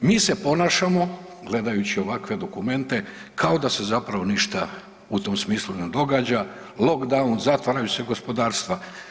Mi se ponašamo, gledajući ovakve dokumente, kao da se zapravo ništa u tom smislu ne događa, lockdown, zatvaraju se gospodarstva.